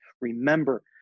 remember